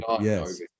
Yes